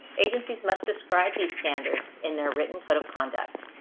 agencies must describe these standards in their written code of conduct.